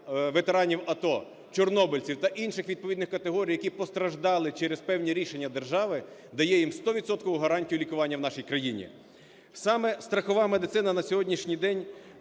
ветеранів АТО, чорнобильців та інших відповідних категорій, які постраждали через певні рішення держави, дає їм стовідсоткову гарантію лікування в нашій країні. Саме страхова медицина на сьогоднішній день